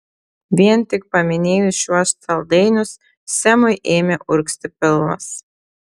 vien tik paminėjus šiuos saldainius semui ėmė urgzti pilvas